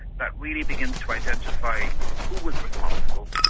that really begins to identify who was responsible,